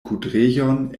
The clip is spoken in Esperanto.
kudrejon